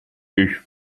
ich